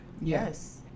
Yes